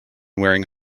wearing